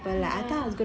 ya